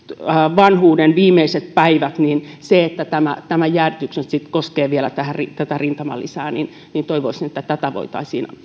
vanhuuden viimeiset päivät ja kun tämä jäädytys nyt sitten koskee tätä rintamalisää niin niin toivoisin että tätä voitaisiin